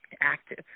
active